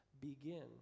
begin